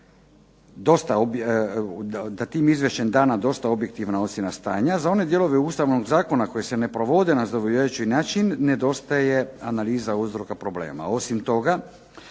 da tim Izvješćem dana dosta objektivna ocjena stanja, za one dijelove Ustavnog zakona koje se ne provode na odgovarajući način nedostaje analiza uzroka problema, osim toga